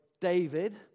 David